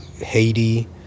Haiti